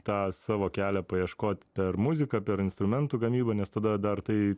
tą savo kelią paieškot per muziką per instrumentų gamybą nes tada dar tai